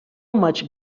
much